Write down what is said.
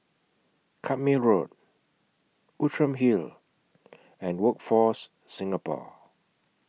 Carpmael Road Outram Hill and Workforce Singapore